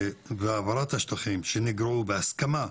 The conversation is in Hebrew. והעברת השטחים שנגרעו בהסכמה,